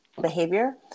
behavior